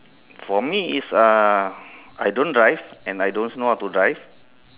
for me is uh I don't drive and I don't know how to drive